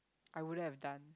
I wouldn't have done